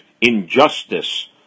injustice